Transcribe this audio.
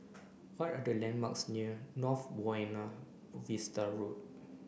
what are the landmarks near North Buona Vista Road